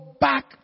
back